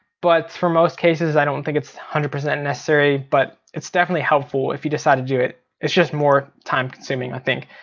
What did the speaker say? but for most cases i don't think it's one hundred percent necessary. but it's definitely helpful if you decide to do it. it's just more time consuming i think.